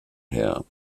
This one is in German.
her